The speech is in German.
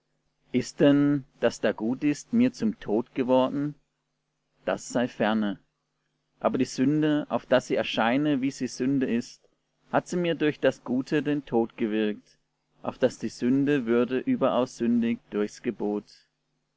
ist denn das da gut ist mir zum tod geworden das sei ferne aber die sünde auf daß sie erscheine wie sie sünde ist hat sie mir durch das gute den tod gewirkt auf daß die sünde würde überaus sündig durchs gebot